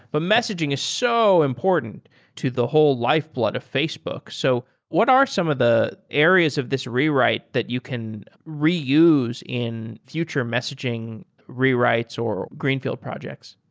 but messaging is so important to the whole lifeblood of facebook. so what are some of the areas of this rewrite that you can reuse in future messaging rewrites or greenfield projects,